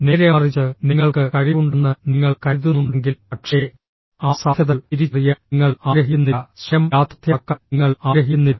നേരെമറിച്ച് നിങ്ങൾക്ക് കഴിവുണ്ടെന്ന് നിങ്ങൾ കരുതുന്നുണ്ടെങ്കിൽ പക്ഷേ ആ സാധ്യതകൾ തിരിച്ചറിയാൻ നിങ്ങൾ ആഗ്രഹിക്കുന്നില്ല സ്വയം യാഥാർത്ഥ്യമാക്കാൻ നിങ്ങൾ ആഗ്രഹിക്കുന്നില്ല